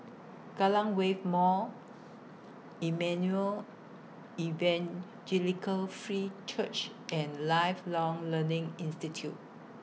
Kallang Wave Mall Emmanuel Evangelical Free Church and Lifelong Learning Institute